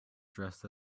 dressed